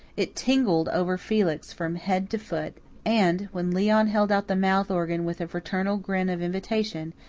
it tingled over felix from head to foot and, when leon held out the mouth-organ with a fraternal grin of invitation,